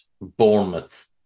Bournemouth